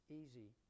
easy